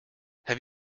have